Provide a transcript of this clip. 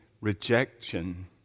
rejection